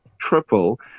triple